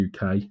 UK